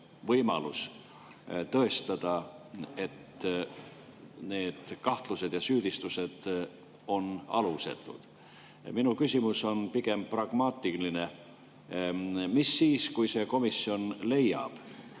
võimalus tõestada, et need kahtlused ja süüdistused on alusetud. Minu küsimus on pigem pragmaatiline: mis siis, kui see komisjon leiab,